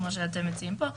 כמו שאתם מציעים פה,